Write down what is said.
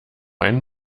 einen